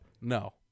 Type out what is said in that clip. No